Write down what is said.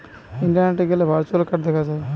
ইন্টারনেটে গ্যালে virtual card দেখা যায়